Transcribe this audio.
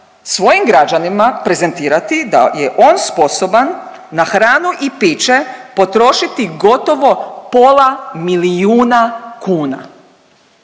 svojim građanima prezentirati da je on sposoban na hranu i piće potrošiti gotovo pola milijuna kuna.